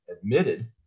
admitted